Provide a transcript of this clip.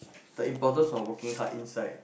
the importance of working hard inside